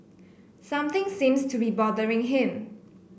something seems to be bothering him